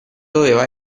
doveva